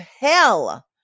hell